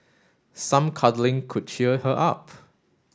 some cuddling could cheer her up